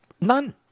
None